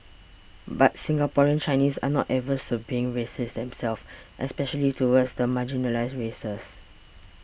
but Singaporean Chinese are not averse to being racist themselves especially towards the marginalised races